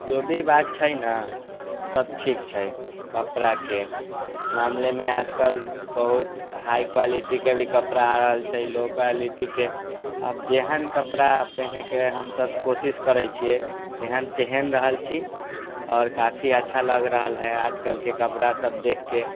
जो भी बात छै ने सब ठीक छै कपड़ाके मामिलेमे आजकल बहुत हाई क्वालिटीके भी कपड़ा आ रहल छै लो क्वालिटीके आब जेहन कपड़ा पहिनेके हमसब कोशिश करै छियै एहन पीहन रहल छी आओर काफी अच्छा लागि रहल है आजकलके कपड़ा सब देखके